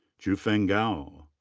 chufeng gao.